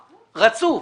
רצוף,